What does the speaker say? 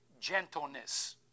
gentleness